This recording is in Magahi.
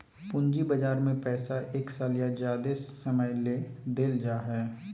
पूंजी बजार में पैसा एक साल या ज्यादे समय ले देल जाय हइ